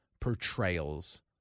portrayals